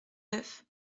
neuf